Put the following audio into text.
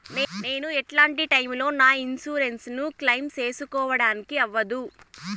నేను ఎట్లాంటి టైములో నా ఇన్సూరెన్సు ను క్లెయిమ్ సేసుకోవడానికి అవ్వదు?